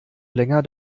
länger